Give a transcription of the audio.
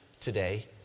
today